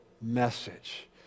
message